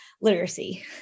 literacy